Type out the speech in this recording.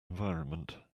environment